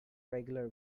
regular